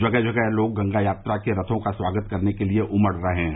जगह जगह लोग गंगा यात्रा के रथों का स्वागत करने के लिए उमड़ रहे हैं